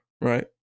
right